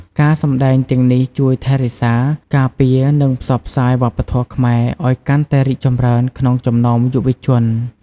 ការសម្តែងទាំងនេះជួយថែរក្សា ការពារ និងផ្សព្វផ្សាយវប្បធម៌ខ្មែរឱ្យកាន់តែរីកចម្រើនក្នុងចំណោមយុវជន។